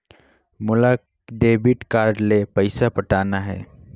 मोला debit card ले पइसा पटाना हे?